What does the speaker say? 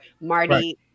Marty